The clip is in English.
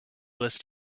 list